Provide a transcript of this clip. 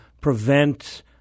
prevent –